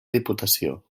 diputació